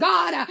God